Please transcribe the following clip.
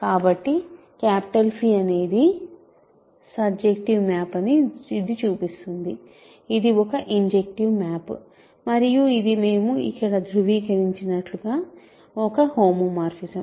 కాబట్టి 𝚽 అనేది surjective map అని ఇది చూపిస్తుంది ఇది ఒక ఇంజెక్టివ్ మ్యాప్ మరియు ఇది మేము ఇక్కడ ధృవీకరించినట్లుగా ఒక హోమోమార్ఫిజం